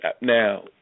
Now